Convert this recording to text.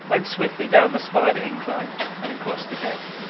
went swiftly down the spider incline and across the deck.